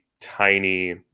tiny